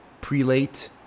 prelate